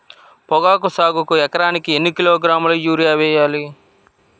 పొగాకు సాగుకు ఎకరానికి ఎన్ని కిలోగ్రాముల యూరియా వేయాలి?